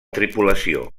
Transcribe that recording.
tripulació